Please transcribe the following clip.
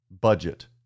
budget